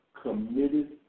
committed